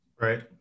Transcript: Right